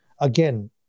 again